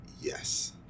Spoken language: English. Yes